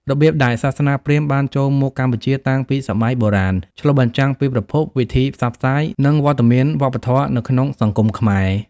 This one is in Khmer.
របៀបដែលសាសនាព្រាហ្មណ៍បានចូលមកកម្ពុជាតាំងពីសម័យបុរាណ ឆ្លុះបញ្ចាំងពីប្រភព វិធីផ្សព្វផ្សាយ និងវត្តមានវប្បធម៌នៅក្នុងសង្គមខ្មែរ។